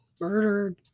murdered